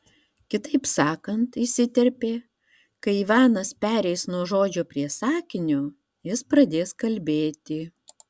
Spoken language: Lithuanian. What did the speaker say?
kitaip sakant įsiterpė kai ivanas pereis nuo žodžio prie sakinio jis pradės kalbėti